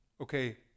Okay